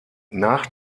nach